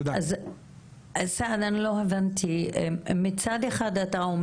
נמצאת בסעיפים אחרים שנמצאים בחוק,